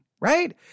right